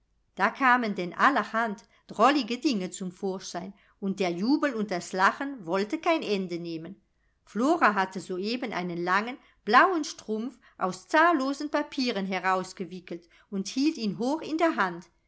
da kamen denn allerhand drollige dinge zum vorschein und der jubel und das lachen wollten kein ende nehmen flora hatte soeben einen langen blauen strumpf aus zahllosen papieren herausgewickelt und hielt ihn hoch in der hand